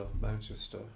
Manchester